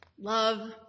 Love